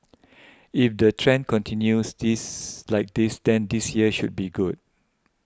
if the trend continues this like this then this year should be good